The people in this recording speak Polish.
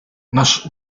nasz